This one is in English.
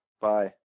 Bye